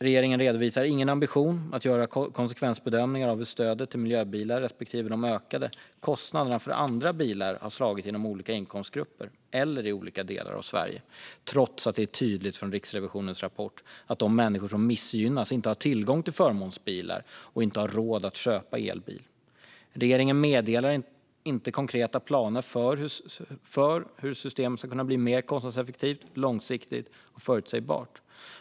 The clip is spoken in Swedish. Regeringen redovisar ingen ambition att göra konsekvensbedömningar av hur stödet till miljöbilar respektive de ökade kostnaderna för andra bilar har slagit inom olika inkomstgrupper eller i olika delar av Sverige, trots att det är tydligt i Riksrevisionens rapport att de människor missgynnas som inte har tillgång till förmånsbilar och inte har råd att köpa elbil. Regeringen meddelar inga konkreta planer för hur systemet ska kunna bli mer kostnadseffektivt, långsiktigt och förutsägbart.